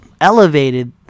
elevated